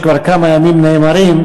שכבר כמה ימים נאמרים.